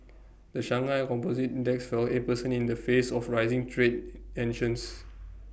the Shanghai composite index fell eight percent in the face of rising trade tensions